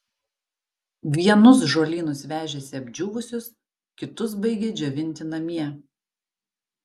vienus žolynus vežėsi apdžiūvusius kitus baigė džiovinti namie